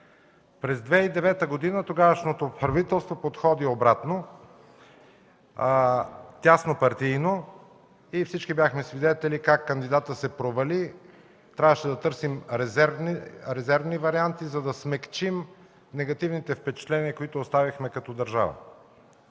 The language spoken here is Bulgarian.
През 2009 г. тогавашното правителство подходи обратно – тяснопартийно, и всички бяхме свидетели как кандидатът се провали. Трябваше да търсим резервни варианти, за да смекчим негативните впечатления, които оставихме като държава.